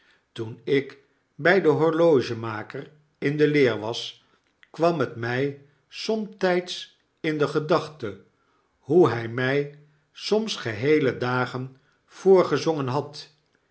toen ik by den horlogemaker in de leer was kwam het my somtyds in de gedachte hoe hy mij soms geheele dagen voorgezongen had